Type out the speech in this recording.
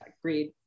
Agreed